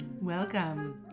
welcome